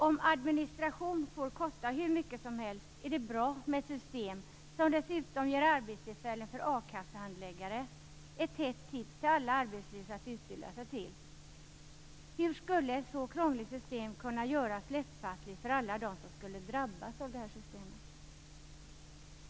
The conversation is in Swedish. Om administration får kosta hur mycket som helst är det bra med ett system som dessutom ger arbetstillfällen för a-kassehandläggare - ett hett tips till alla arbetslösa att utbilda sig till. Hur skulle ett så krångligt system kunna göras lättfattligt för alla dem som drabbas av systemet?